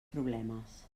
problemes